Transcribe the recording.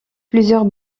plusieurs